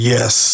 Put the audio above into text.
Yes